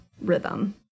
rhythm